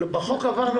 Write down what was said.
בסדר גמור.